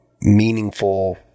meaningful